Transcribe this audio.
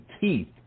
teeth